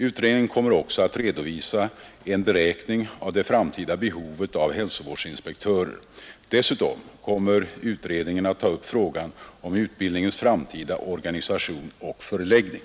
Utredningen kommer också att redovisa en beräkning av det framtida behovet av hälsovårdsinepsktörer, Dessutom kommer utredningen att ta upp frågan om utbildningens framtida organisation och förläggning.